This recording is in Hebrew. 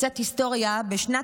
קצת היסטוריה: בשנת